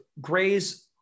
Gray's